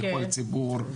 לכל ציבור.